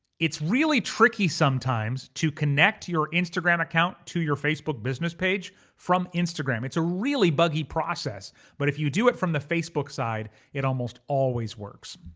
it's really tricky sometimes to connect your instagram account to your facebook business page from instagram. it's a really buggy process but if you do it from the facebook side, it almost always works.